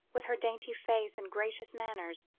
with her dainty face and gracious manners,